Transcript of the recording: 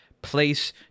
place